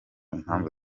impamvu